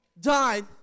died